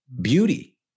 Beauty